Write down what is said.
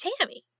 tammy